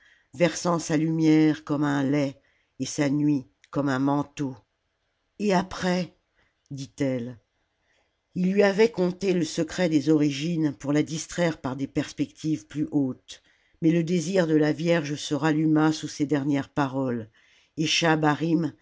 versant sa lumière comme un lait et sa nuit comme un manteau et après dit-elle il lui avait conté le secret des origines pour la distraire par des perspectives plus hautes mais le désir de la vierge se ralluma sous ces dernières paroles